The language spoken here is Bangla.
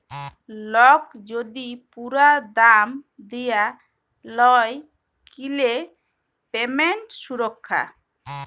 লক যদি পুরা দাম দিয়া লায় কিলে পেমেন্ট সুরক্ষা